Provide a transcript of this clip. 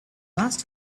must